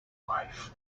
wife